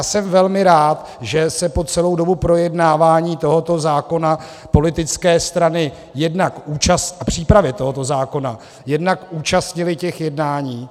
Jsem velmi rád, že se po celou dobu projednávání tohoto zákona politické strany v přípravě tohoto zákona jednak účastnily těch jednání.